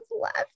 left